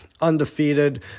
undefeated